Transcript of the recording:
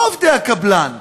לא עובדי הקבלן,